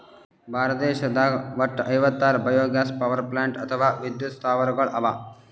ಭಾರತ ದೇಶದಾಗ್ ವಟ್ಟ್ ಐವತ್ತಾರ್ ಬಯೊಗ್ಯಾಸ್ ಪವರ್ಪ್ಲಾಂಟ್ ಅಥವಾ ವಿದ್ಯುತ್ ಸ್ಥಾವರಗಳ್ ಅವಾ